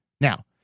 now